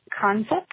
concept